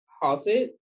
halted